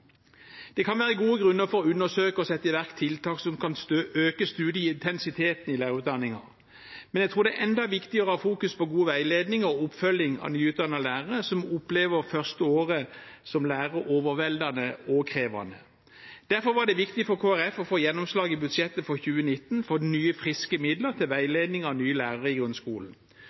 Det kan være gode grunner til å undersøke og sette i verk tiltak som kan øke studieintensiteten i lærerutdanningen, men jeg tror det er enda viktigere å fokusere på god veiledning for og oppfølging av nyutdannede lærere, som opplever det første året som lærer overveldende og krevende. Derfor var det viktig for Kristelig Folkeparti å få gjennomslag for nye, friske midler til veiledning av nye lærere i grunnskolen